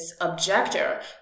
objector